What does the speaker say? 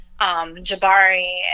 Jabari